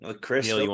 Chris